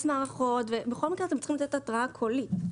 מערכות אבל בכל מקרה אתם צריכים התראה קולית.